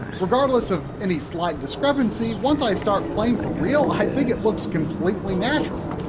regardless of any slight discrepancy, once i start playing for real, i think it looks completely natural.